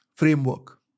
Framework